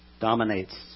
dominates